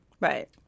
Right